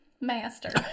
master